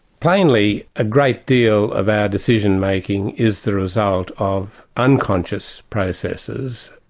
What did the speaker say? plainly, a great deal of our decision-making is the result of unconscious processes,